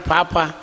Papa